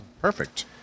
Perfect